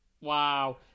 Wow